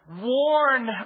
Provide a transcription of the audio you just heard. warn